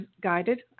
guided